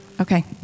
Okay